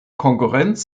konkurrenz